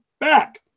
back